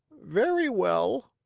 very well.